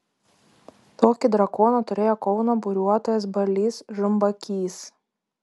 tokį drakoną turėjo kauno buriuotojas balys žumbakys